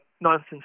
nonsense